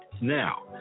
now